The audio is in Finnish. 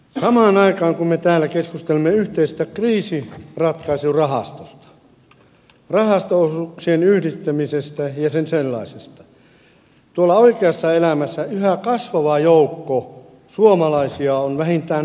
samaan aikaan kun me täällä keskustelemme yhteisestä kriisinratkaisurahastosta rahasto osuuksien yhdistämisestä ja sen sellaisesta tuolla oikeassa elämässä yhä kasvava joukko suomalaisia on vähintään huolissaan toimeentulostaan